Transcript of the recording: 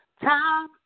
Time